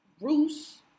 Bruce